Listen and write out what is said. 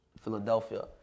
Philadelphia